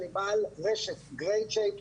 אני בעל רשת גרייט שייפ,